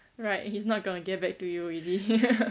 right he's not going to get back to you already